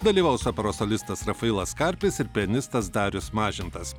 dalyvaus operos solistas rafailas karpis ir pianistas darius mažintas